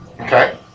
Okay